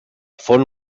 font